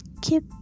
keep